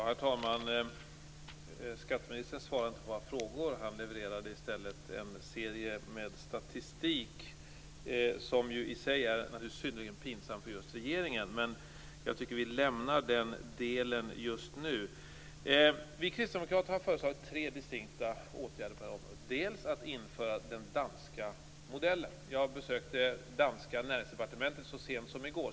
Herr talman! Skatteministern svarade inte på våra frågor. Han levererade i stället en serie statistik, som i sig är synnerligen pinsam för just regeringen. Men jag tycker att vi lämnar den delen just nu. Vi kristdemokrater har föreslagit tre distinkta åtgärder på det här området, bl.a. att införa den danska modellen. Jag besökte det danska näringsdepartementet så sent som i går.